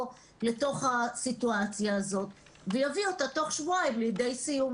לתוך הסיטואציה הזאת ויביא אותה תוך שבועיים לידי סיום.